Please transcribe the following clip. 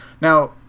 Now